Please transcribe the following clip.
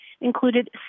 included